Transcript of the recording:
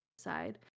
Side